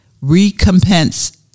Recompense